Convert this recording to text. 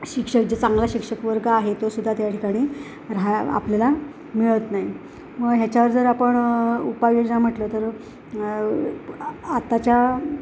शिक्षक जे चांगला शिक्षक वर्ग आहे तोसुद्धा त्या ठिकाणी राहा आपल्याला मिळत नाही मग ह्याच्यावर जर आपण उपाय योजना जर म्हटलं तर आताच्या